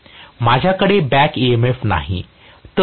माझ्याकडे back EMF नाही